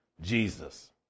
Jesus